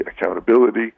accountability